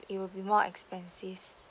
it will be more expensive